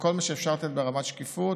וכל מה שאפשר לתת ברמת שקיפות,